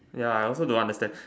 ya I also don't understand